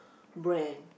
brand